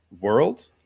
world